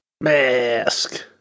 Mask